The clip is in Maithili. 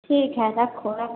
ठीक हइ रखू